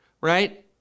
right